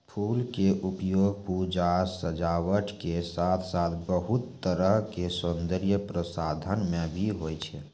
फूल के उपयोग पूजा, सजावट के साथॅ साथॅ बहुत तरह के सौन्दर्य प्रसाधन मॅ भी होय छै